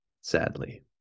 sadly